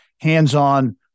hands-on